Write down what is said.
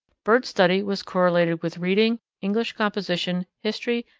bird study was correlated with reading, english composition, history,